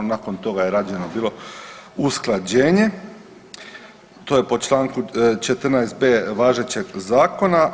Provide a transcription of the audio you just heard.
Nakon toga je rađeno bilo usklađenje, to je po članku 14.b važećeg Zakona.